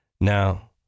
Now